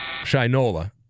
Shinola